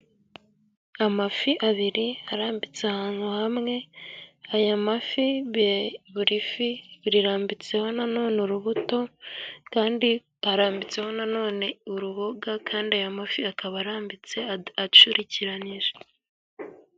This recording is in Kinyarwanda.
Amafi abiri arambitse ahantu hamwe, aya mafi buri fi rirambitseho nanone urubuto, kandi arambitseho nanone uruboga, kandi aya mafi akaba arambitse acurikiranyije.